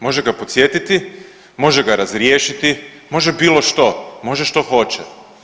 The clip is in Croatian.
Može ga podsjetiti, može ga razriješiti, može bilo što, može što hoće.